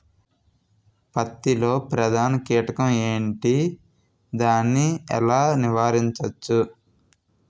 పత్తి లో ప్రధాన కీటకం ఎంటి? దాని ఎలా నీవారించచ్చు?